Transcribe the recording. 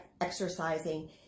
exercising